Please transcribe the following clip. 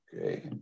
Okay